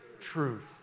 truth